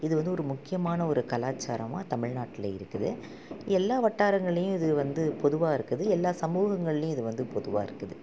இது வந்து ஒரு முக்கியமான ஒரு கலாச்சாரமாக தமிழ்நாட்டில் இருக்குது எல்லா வட்டாரங்களிலேயும் இது வந்து பொதுவாக இருக்குது எல்லா சமூகங்களிலேயும் இது வந்து பொதுவாக இருக்குது